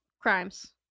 crimes